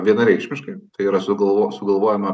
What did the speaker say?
vienareikšmiškai tai yra sugalvo sugalvojome